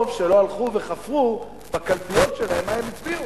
טוב שלא הלכו וחפרו בקלפיות שלהם מה הם הצביעו,